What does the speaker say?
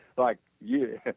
like yeah,